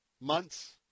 Months